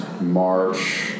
March